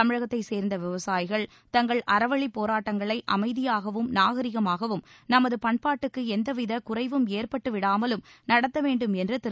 தமிழகத்தைச் சேர்ந்த விவசாயிகள் தங்கள் அறவழிப் போராட்டங்களை அமைதியாகவும் நாகரிகமாகவும் நமது பண்பாட்டுக்கு எந்தவித குறைவும் ஏற்பட்டுவிடாமலும் நடத்த வேண்டும் என்று திரு